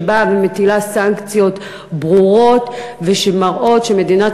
שבאה ומטילה סנקציות ברורות שמראות שמדינת